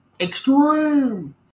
extreme